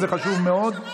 זה חשוב מאוד.